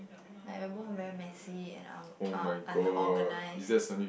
like we're both very messy and un~ un~ unorganised